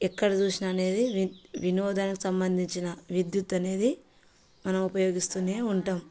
ఎక్కడ చూసినా అనేది వినోదానికి సంబంధించిన విద్యుత్ అనేది మనం ఉపయోగిస్తూనే ఉంటాం